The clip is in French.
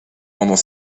pendant